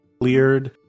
cleared